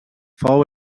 fou